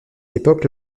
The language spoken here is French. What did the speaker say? époque